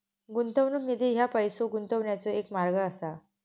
गुंतवणूक निधी ह्या पैसो गुंतवण्याचो एक मार्ग असा